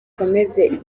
ikomeze